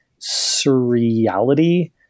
surreality